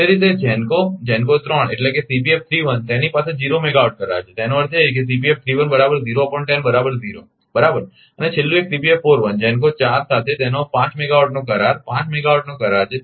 એ જ રીતે GENCO GENCO 3 એટલે કે તેની પાસે 0 મેગાવોટ કરાર છે તેનો અર્થ એ કે બરાબર અને છેલ્લું એક GENCO 4 સાથે તેનો 5 મેગાવાટનો કરાર 5 મેગાવાટનો કરાર છે